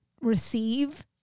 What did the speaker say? receive